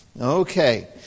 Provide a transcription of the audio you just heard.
Okay